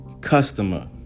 customer